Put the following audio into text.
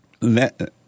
Let